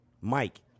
Mike